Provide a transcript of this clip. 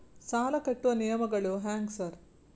ಸಾಲ ಕಟ್ಟುವ ನಿಯಮಗಳು ಹ್ಯಾಂಗ್ ಸಾರ್?